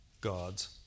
God's